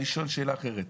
אני שואל שאלה אחרת.